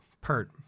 Pert